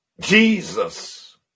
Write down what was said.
Jesus